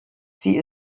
sie